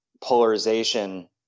polarization